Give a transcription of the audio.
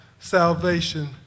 salvation